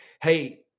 Hey